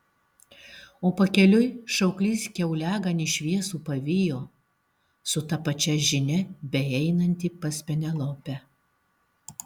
o pakeliui šauklys kiauliaganį šviesų pavijo su ta pačia žinia beeinantį pas penelopę